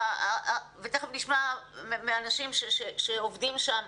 תכף נשמע מאנשים שעובדים שם.